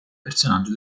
personaggio